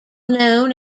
known